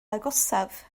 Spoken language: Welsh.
agosaf